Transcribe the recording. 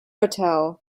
hotel